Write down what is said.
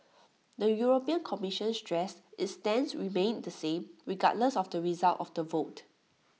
the european commission stressed its stance remained the same regardless of the result of the vote